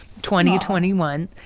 2021